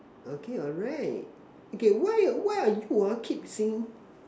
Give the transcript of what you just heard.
okay alright okay why why are why are you ah keep saying